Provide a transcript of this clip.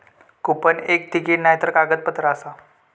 coupon एक ticket नायतर कागदपत्र आसा